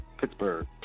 Pittsburgh